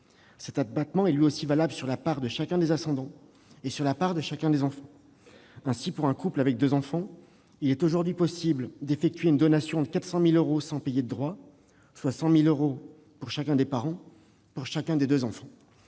Cet abattement est lui aussi valable sur la part de chacun des ascendants et sur la part de chacun des enfants. Ainsi, pour un couple avec deux enfants, il est aujourd'hui possible d'effectuer une donation de 400 000 euros sans payer de droits, soit 100 000 euros pour chacun des parents, et pour chacun des deux enfants.